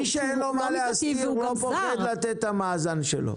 מי שאין לו מה להסתיר לא פוחד לתת את המאזן שלו.